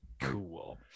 Cool